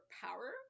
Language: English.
power